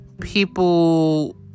people